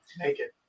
Naked